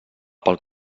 pel